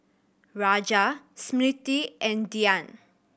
Raja Smriti and Dhyan